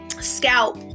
scalp